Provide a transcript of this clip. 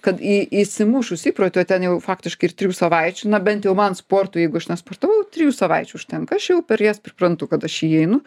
kad į įsimušus įprotį o ten jau faktiškai ir trijų savaičių na bent jau man sportui jeigu aš nesportavau trijų savaičių užtenka aš jau per jas priprantu kada aš į jį einu